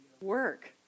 Work